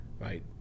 right